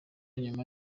nyuma